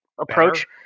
approach